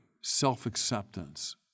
self-acceptance